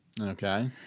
Okay